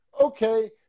okay